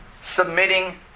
submitting